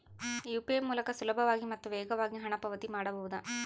UPI ಮೂಲಕ ಸುಲಭವಾಗಿ ಮತ್ತು ವೇಗವಾಗಿ ಹಣ ಪಾವತಿ ಮಾಡಬಹುದಾ?